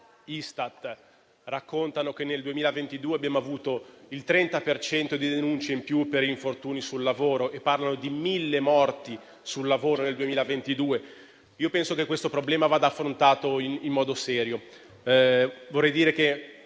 Istat raccontano che nel 2022 abbiamo avuto il 30 per cento di denunce in più per infortuni sul lavoro, e si parla di mille morti sul lavoro nel 2022. Io penso che questo problema vada affrontato in modo serio. Vorrei dire che